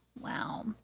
Wow